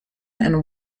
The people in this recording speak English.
and